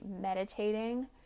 meditating